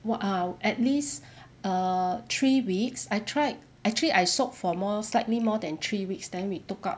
what ah at least err three weeks I tried actually I soak for more slightly more than three weeks then we took out